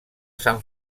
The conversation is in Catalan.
sant